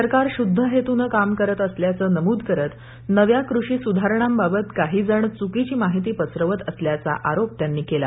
सरकार शुद्ध हेतूनं काम काम करत असल्याचं नमूद करत नव्या कृषी सुधारणांबाबत काही जण चुकीची माहिती पसरवत असल्याचा आरोप त्यांनी केला